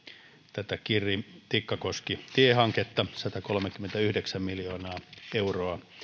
tätä kirri tikkakoski tiehanketta satakolmekymmentäyhdeksän miljoonaa euroa